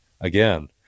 again